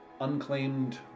unclaimed